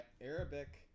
Arabic